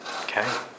Okay